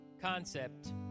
concept